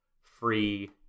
free